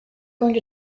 going